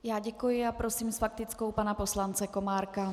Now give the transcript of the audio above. Já děkuji a prosím s faktickou pana poslance Komárka.